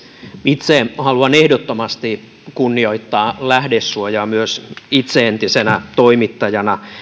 itse haluan ehdottomasti kunnioittaa lähdesuojaa myös itse entisenä toimittajana